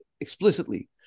explicitly